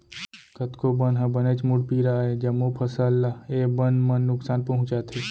कतको बन ह बनेच मुड़पीरा अय, जम्मो फसल ल ए बन मन नुकसान पहुँचाथे